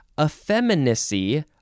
Effeminacy